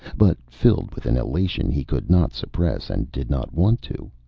but filled with an elation he could not suppress and did not want to.